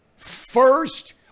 First